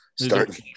start